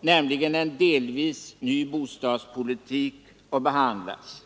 nämligen en delvis ny bostadspolitik, att behandlas.